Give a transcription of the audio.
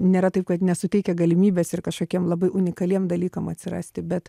nėra taip kad nesuteikia galimybės ir kažkokiem labai unikaliem dalykam atsirasti bet